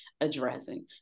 addressing